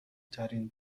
ترین